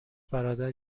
برادر